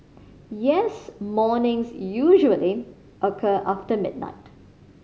yes mornings usually occur after midnight